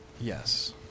Yes